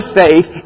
faith